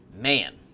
man